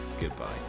Goodbye